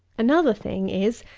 another thing is,